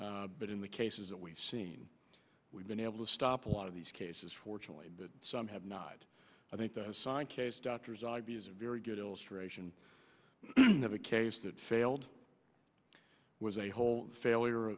never but in the cases that we've seen we've been able to stop a lot of these cases fortunately but some have not i think the sign case doctors are very good illustration of a case that failed was a whole failure